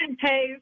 Hey